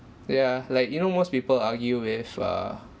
yeah like you know most people argue with uh